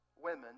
women